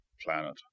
planet